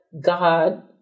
God